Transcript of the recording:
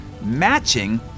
matching